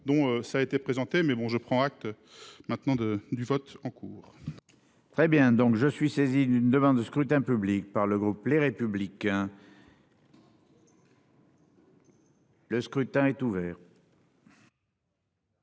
dont ça a été présenté, mais bon, je prends acte. Maintenant de du vote en cours. Très bien donc je suis saisi d'une demande de scrutin public par le groupe Les Républicains. Le scrutin est ouvert.